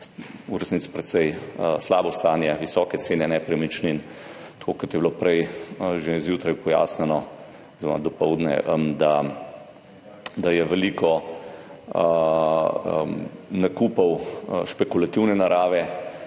v resnici precej slabo stanje, visoke cene nepremičnin, kot je bilo že zjutraj pojasnjeno oziroma dopoldne, da je veliko nakupov špekulativne narave.